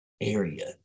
area